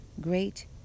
great